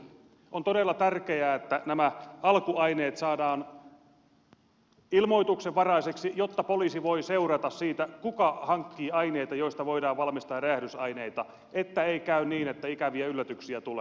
on todella tärkeää että nämä alkuaineet saadaan ilmoituksenvaraisiksi jotta poliisi voi seurata sitä kuka hankkii aineita joista voidaan valmistaa räjähdysaineita että ei käy niin että ikäviä yllätyksiä tulee